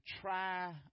try